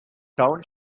town